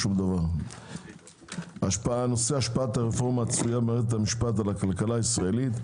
על סדר היום השפעת הרפורמה הצפויה במערכת המשפט על הכלכלה הישראלית,